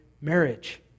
marriage